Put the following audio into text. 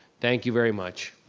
thank you very much.